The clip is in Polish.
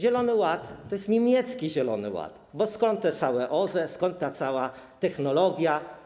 Zielony ład to jest niemiecki zielony ład, bo skąd te OZE, skąd ta cała technologia?